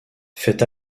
fait